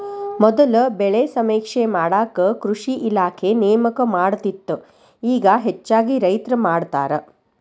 ಮೊದಲ ಬೆಳೆ ಸಮೇಕ್ಷೆ ಮಾಡಾಕ ಕೃಷಿ ಇಲಾಖೆ ನೇಮಕ ಮಾಡತ್ತಿತ್ತ ಇಗಾ ಹೆಚ್ಚಾಗಿ ರೈತ್ರ ಮಾಡತಾರ